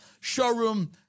showroom